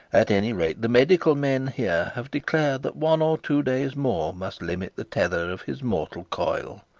at any rate the medical men here have declared that one or two days more must limit the tether of his mortal coil.